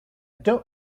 don’t